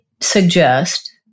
suggest